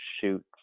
shoot